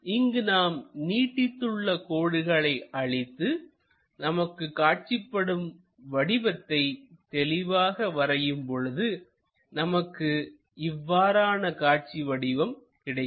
இங்கு நாம் நீட்டித்து உள்ள கோடுகளை அழித்து நமக்கு காட்சிப்படும் வடிவத்தை தெளிவாக வரையும் பொழுது நமக்கு இவ்வாறான காட்சிவடிவம் கிடைக்கும்